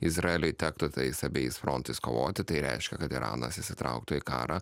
izraeliui tektų tais abejais frontais kovoti tai reiškia kad iranas įsitrauktų į karą